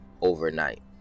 overnight